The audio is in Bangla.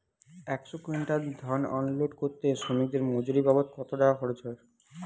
একশো কুইন্টাল ধান আনলোড করতে শ্রমিকের মজুরি বাবদ কত টাকা খরচ হয়?